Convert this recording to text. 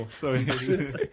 sorry